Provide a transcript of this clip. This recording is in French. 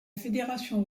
fédération